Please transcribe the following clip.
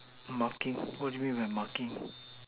marking what do you mean by marking